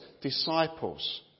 disciples